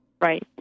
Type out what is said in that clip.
right